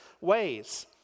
ways